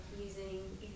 using